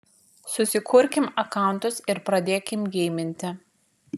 susikurkim akauntus ir pradėkim geiminti